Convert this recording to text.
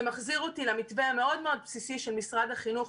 זה מחזיר אותי למתווה המאוד מאוד בסיסי של משרד החינוך.